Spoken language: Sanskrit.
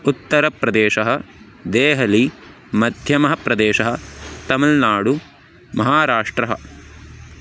उत्तरप्रदेशः देहली मध्यमः प्रदेशः तमिल्नाडु महाराष्ट्रम्